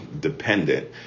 dependent